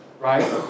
right